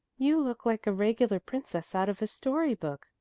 you look like a regular princess out of a story-book,